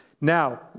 Now